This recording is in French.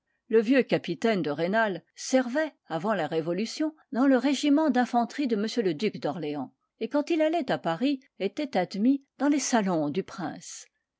le vieux capitaine de rênal servait avant la révolution dans le régiment d'infanterie de m le duc d'orléans et quand il allait à paris était admis dans les salons du prince